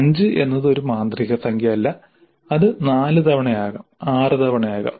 അഞ്ച് എന്നത് ഒരു മാന്ത്രിക സംഖ്യ അല്ല അത് നാല് തവണ ആകാം ആറ് തവണ ആകാം